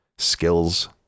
skills